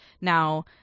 Now